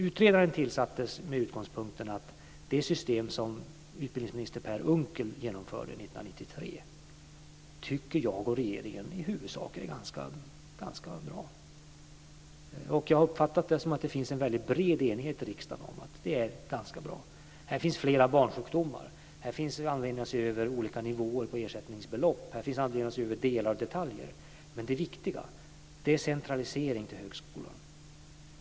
Utredaren tillsattes med utgångspunkten att jag och regeringen i huvudsak tycker att det system som utbildningsminister Per Unckel genomförde 1993 är ganska bra. Jag har uppfattat det som att det finns en väldigt bred enighet i riksdagen om att det är ganska bra. Det finns flera barnsjukdomar. Det finns anledning att se över olika nivåer på ersättningsbelopp. Det finns anledning att se över delar och detaljer, men det viktiga är decentralisering till högskolan.